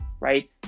Right